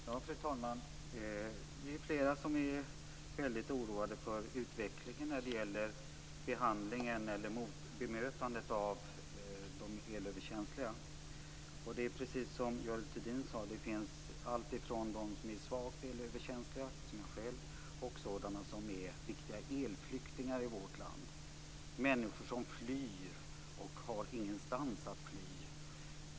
Fru talman! Vi är flera som är väldigt oroade över utvecklingen när det gäller behandlingen och bemötandet av de elöverkänsliga. Precis som Görel Thurdin sade finns det alltifrån de som är svagt elöverkänsliga, som jag själv, till sådana som är riktiga elflyktingar i vårt land, människor som flyr utan att ha någonstans att fly.